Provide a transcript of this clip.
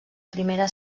primera